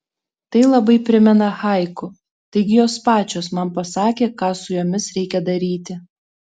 tai labai primena haiku taigi jos pačios man pasakė ką su jomis reikia daryti